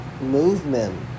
movement